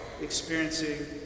experiencing